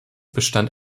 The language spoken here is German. bestand